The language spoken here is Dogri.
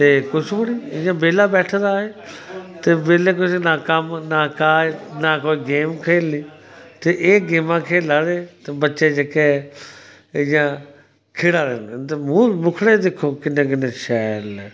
कुछ नीं इयां बेल्ला बैठे दा ऐ एह् ते ना कोई कम्म ना काज ना कोई गेम खेलनी ते एह् गेमां खेला दे बच्चे जेह्के इयां खिला दे ते मुखड़े दिक्खो किन्ने शैल न